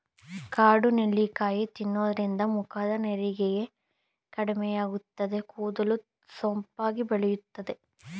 ಕಾಡು ನೆಲ್ಲಿಕಾಯಿ ತಿನ್ನೋದ್ರಿಂದ ಮುಖದ ನೆರಿಗೆ ಕಡಿಮೆಯಾಗುತ್ತದೆ, ಕೂದಲು ಸೊಂಪಾಗಿ ಬೆಳೆಯುತ್ತದೆ